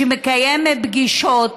שמקיים פגישות,